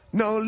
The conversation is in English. no